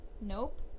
Nope